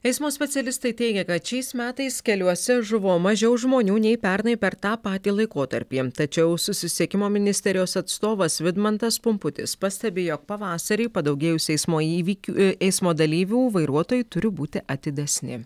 eismo specialistai teigia kad šiais metais keliuose žuvo mažiau žmonių nei pernai per tą patį laikotarpį tačiau susisiekimo ministerijos atstovas vidmantas pumputis pastebi jog pavasarį padaugėjus eismo įvykių eismo dalyvių vairuotojai turi būti atidesni